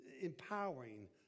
empowering